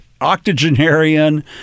octogenarian